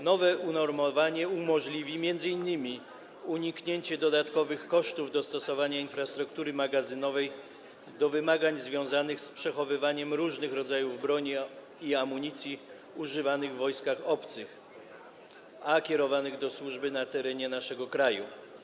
Nowe unormowanie umożliwi m.in. uniknięcie dodatkowych kosztów dostosowania infrastruktury magazynowej do wymagań związanych z przechowywaniem różnych rodzajów broni i amunicji używanych w wojskach obcych, a kierowanych do służby na terenie naszego kraju.